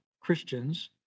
Christians